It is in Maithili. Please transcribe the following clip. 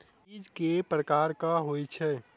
बीज केँ प्रकार कऽ होइ छै?